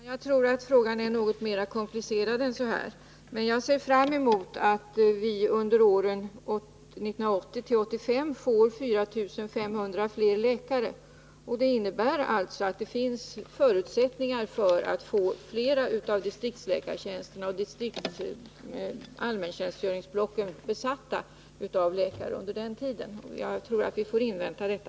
Herr talman! Jag tror att frågan är något mer komplicerad än så här. Men jag ser fram emot att vi under åren 1980-1985 får 4 500 fler läkare än nu. Det innebär att det finns förutsättningar för att under den tiden få flera av distriktsläkartjänsterna och allmäntjänstgöringsblocken besatta med läkare. Jag tror att vi får invänta detta.